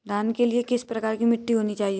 धान के लिए किस प्रकार की मिट्टी होनी चाहिए?